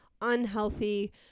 unhealthy